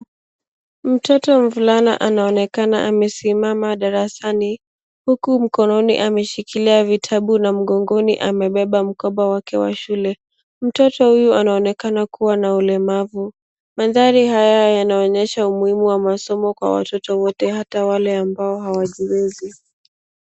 Mtoto mvulana anaonekana amesimama darasani huku mkononi ameshikilia kitabu na mgongoni amebeba mkoba wake wa shule mtoto huyu anaonekana kuwa na ulemavu mandhari haya yanaonyesha umuhimu wa masomo kwa watoto wote hata wale ambao hawajiwezi.